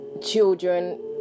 children